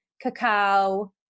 cacao